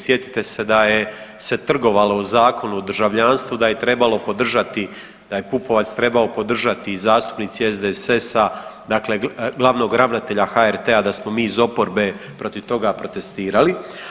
Sjetite se da je se trgovalo o Zakonu o državljanstvu da je trebalo podržati, da je Pupovac trebao podržati i zastupnici SDSS-a dakle glavnog ravnatelja HRT-a da smo mi iz oporbe protiv toga protestirali.